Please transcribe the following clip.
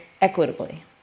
equitably